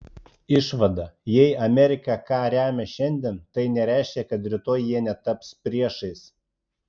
išvada jei amerika ką remia šiandien tai nereiškia kad rytoj jie netaps priešais